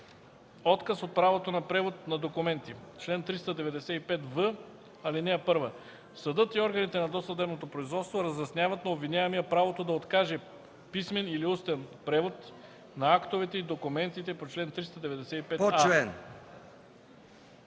Отказ от правото на превод на документи Чл. 395в. (1) Съдът и органите на досъдебното производство разясняват на обвиняемия правото да откаже писмен или устен превод на актовете и документите по чл. 395а.